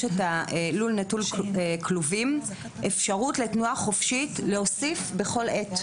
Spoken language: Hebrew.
יש את הלול נטול כלובים אפשרות בתנועה חופשית להוסיף "בכל עת".